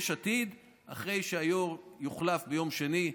שאחרי שהיושב-ראש יוחלף ביום שני,